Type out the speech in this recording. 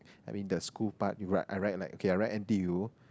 I mean the school part you write I write like okay I write N_T_U